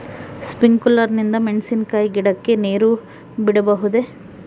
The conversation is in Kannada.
ಸ್ಪಿಂಕ್ಯುಲರ್ ನಿಂದ ಮೆಣಸಿನಕಾಯಿ ಗಿಡಕ್ಕೆ ನೇರು ಬಿಡಬಹುದೆ?